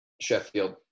Sheffield